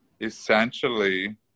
essentially